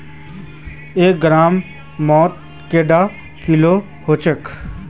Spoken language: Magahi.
एक ग्राम मौत कैडा किलोग्राम होचे?